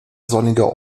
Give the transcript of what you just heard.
sonniger